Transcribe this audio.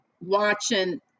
watching